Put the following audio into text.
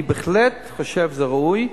אני בהחלט חושב שזה ראוי.